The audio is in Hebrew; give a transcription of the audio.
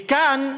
וכאן,